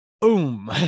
boom